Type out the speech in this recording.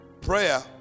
Prayer